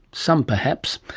some perhaps.